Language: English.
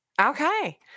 Okay